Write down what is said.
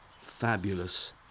fabulous